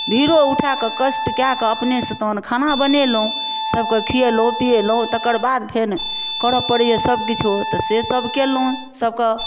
भिड़ो ऊठा कऽ कष्ट कए कऽ अपनेसँ तहन खाना बनेलहुँ सबके खिएलहुँ पिएलहुँ तकरबाद फेन करए पड़ैया सब किछु तऽ से सब कयलहुँ सब कऽ